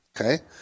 okay